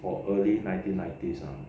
or early nineteen nineties ah